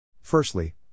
Firstly